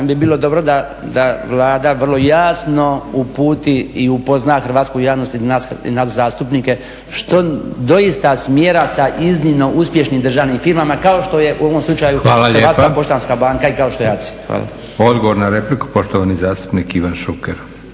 da bi bilo dobro da Vlada vrlo jasno uputi i upozna hrvatsku javnost i nas zastupnike što doista smjera sa iznimno uspješnim državnim firmama kao što je u ovom slučaju Hrvatska poštanska banka … …/Upadica predsjednik: Hvala lijepa./… … i kao